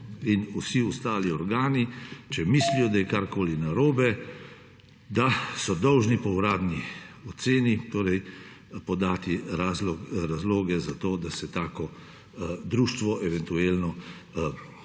in vsi ostali organi, če mislijo, da je karkoli narobe, da so dolžni po uradni oceni podati razloge za to, da se tako društvo eventualno izbriše